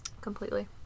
Completely